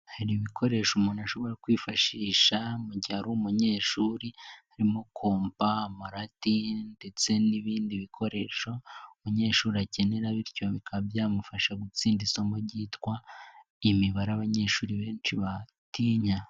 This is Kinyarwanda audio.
Hari ibikoresho umuntu ashobora kwifashisha mu gihe ari umunyeshuri, harimo komba amarati ndetse n'ibindi bikoresho umunyeshuri akenera bityo bikaba byamufasha gutsinda isomo ryitwa imibare abanyeshuri benshi batinya.